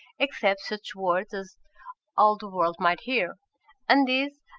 except such words as all the world might hear and these,